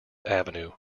avenue